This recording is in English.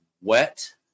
wet